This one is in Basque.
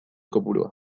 kopurua